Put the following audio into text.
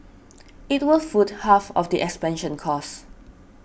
it will foot half of the expansion costs